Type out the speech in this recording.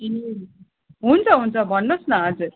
ए हुन्छ हुन्छ भन्नुहोस् न हजुर